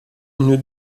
une